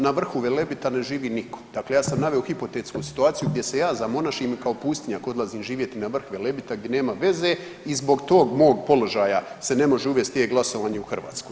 Na vrhu Velebita ne živi nitko, dakle ja sam naveo hipotetsku situaciju gdje se ja zamonašim i kao pustinjak odlazim živjeti na vrh Velebita gdje nema veze i zbog tog mog položaja se ne može uvesti e-glasovanje u Hrvatskoj.